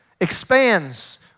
expands